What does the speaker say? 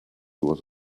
was